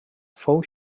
fou